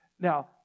Now